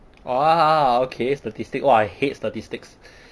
ah okay statistics !wah! I hate statistics